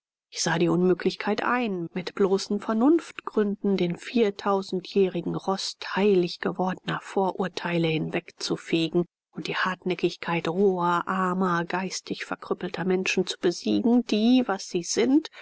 ich sah die unmöglichkeit ein mit bloßen vernunftgründen den vieltausendjährigen rost heilig gewordener vorurteile hinwegfegen und die hartnäckigkeit roher armer geistig verkrüppelter menschen zu besiegen die was sie sind